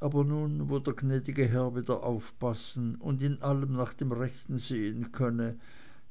aber nun wo der gnädige herr wieder aufpassen und in allem nach dem rechten sehen könne